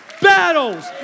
battles